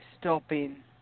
stopping